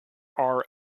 are